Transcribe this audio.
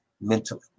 mentally